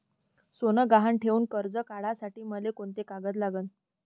सोनं गहान ठेऊन कर्ज काढासाठी मले कोंते कागद लागन?